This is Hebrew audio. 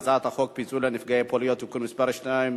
הצעת חוק פיצוי לנפגעי פוליו (תיקון מס' 2),